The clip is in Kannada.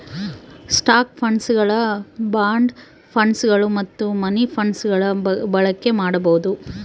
ಸ್ಟಾಕ್ ಫಂಡ್ಗಳನ್ನು ಬಾಂಡ್ ಫಂಡ್ಗಳು ಮತ್ತು ಮನಿ ಫಂಡ್ಗಳ ಬಳಕೆ ಮಾಡಬೊದು